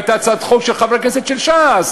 והייתה הצעת חוק של חברי כנסת של ש"ס,